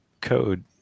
code